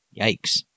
yikes